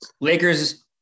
Lakers